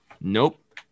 nope